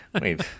Wait